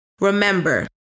Remember